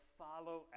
follow